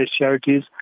charities